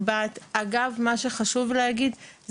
מה שעוזר להם להתמודד עם טיפולי הכימותרפיה ועם מצבם בבית לאחר הטיפול.